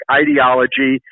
ideology